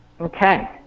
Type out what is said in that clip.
Okay